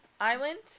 island